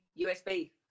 USB